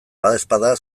badaezpada